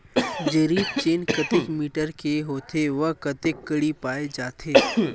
जरीब चेन कतेक मीटर के होथे व कतेक कडी पाए जाथे?